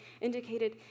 indicated